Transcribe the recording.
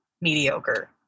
mediocre